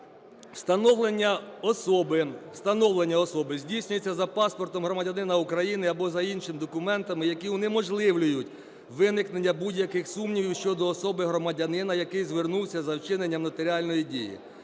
"Встановлення особи здійснюється за паспортом громадянина України або за іншими документами, які унеможливлюють виникнення будь-яких сумнівів щодо особи громадянина, який звернувся за вчиненням нотаріальної дії: